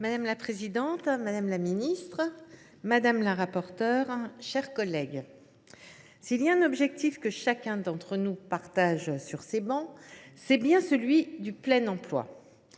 Madame la présidente, madame la ministre, madame le rapporteur, mes chers collègues, s’il y a un objectif que chacun d’entre nous partage sur ces travées, c’est bien celui du plein emploi.